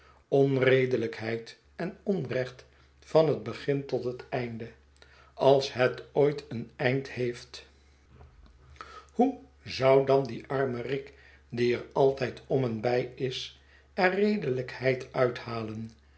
onredelijkheid en onrecht van het begin tot het einde als het ooit een eind heeft hoe zou dan die arme rick die er altijd om en bij is er redelijkheid uit